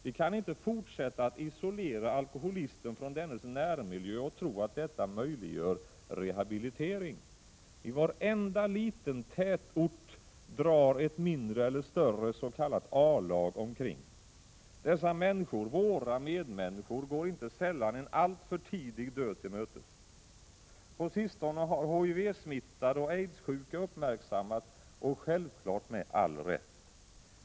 Vi kan inte fortsätta att isolera alkoholisten från dennes närmiljö och tro att detta möjliggör rehabilitering. I varenda liten tätort drar ett mindre eller större s.k. A-lag omkring. Dessa människor, våra medmänniskor, går inte sällan en alltför tidig död till mötes. På sistone har HTV-smittade och aidssjuka uppmärksammats, och självfallet med all rätt.